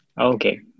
okay